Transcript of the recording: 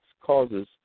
causes